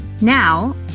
Now